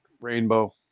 Rainbow